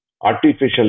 artificial